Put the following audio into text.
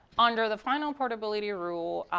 under the final portability rule,